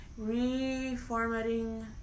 Reformatting